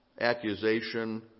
accusation